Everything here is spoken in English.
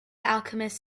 alchemist